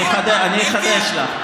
אני אחדש לך.